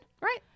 right